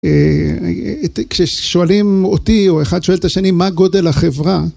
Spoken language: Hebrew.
כששואלים אותי או אחד שואל את השני מה גודל החברה